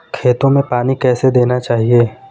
खेतों में पानी कैसे देना चाहिए?